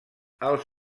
els